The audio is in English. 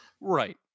right